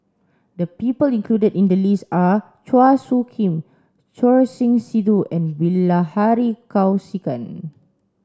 the people included in the list are Chua Soo Khim Choor Singh Sidhu and Bilahari Kausikan